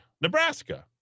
Nebraska